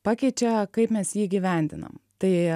pakeičia kaip mes jį įgyvendinam tai